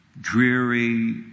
dreary